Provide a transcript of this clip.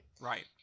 Right